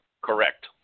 Correct